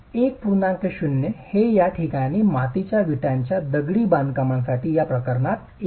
0 हे या ठिकाणी मातीच्या विटांच्या दगडी बांधकामासाठी या प्रकरणात 1